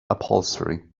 upholstery